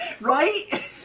Right